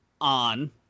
on